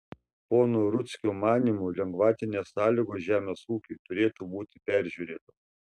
pono rudzkio manymu lengvatinės sąlygos žemės ūkiui turėtų būti peržiūrėtos